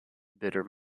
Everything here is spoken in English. bitter